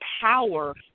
power